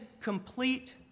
complete